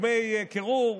דמי קירור,